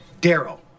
Daryl